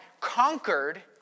conquered